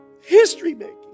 History-making